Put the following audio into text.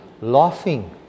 laughing